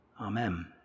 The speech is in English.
Amen